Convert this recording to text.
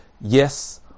yes